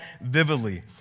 vividly